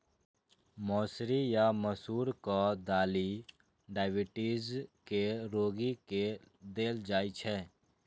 मौसरी या मसूरक दालि डाइबिटीज के रोगी के देल जाइ छै